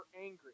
angry